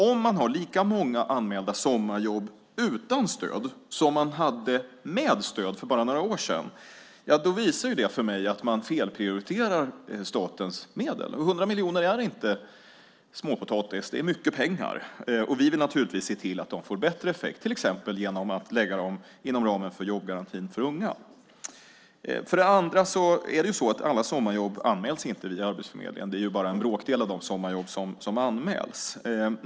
Om man har lika många anmälda sommarjobb utan stöd som man hade med stöd för bara några år sedan visar det för mig att man felprioriterade statens medel. 100 miljoner är inte småpotatis. Det är mycket pengar. Vi vill naturligtvis se till att de får bättre effekt, till exempel genom att lägga dem inom ramen för jobbgarantin för unga. Sedan är det så att alla sommarjobb inte anmäls till Arbetsförmedlingen. Det är bara en bråkdel av sommarjobben som anmäls.